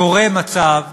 קורה מצב